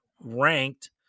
ranked